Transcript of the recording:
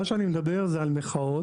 מה שאני מדבר זה על מחאות